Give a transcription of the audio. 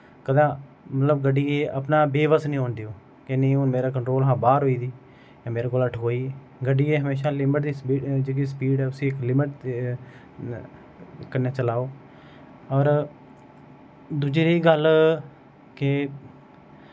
कदें मतलव गड्डिये गी अपनै शा बेबस नी होन देओ के नी हून मेरै कंटरोल शा बाह्र होई दी मेरै कोला ठकोई गड्डिये हमेशा दी लिमट दी जेह्की स्पीड ऐ उसी इक लिमट कन्नै चलाओ और दुज्जे दी गल्ल के